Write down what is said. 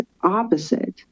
opposite